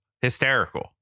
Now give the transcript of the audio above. hysterical